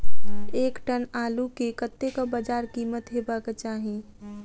एक टन आलु केँ कतेक बजार कीमत हेबाक चाहि?